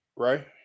Right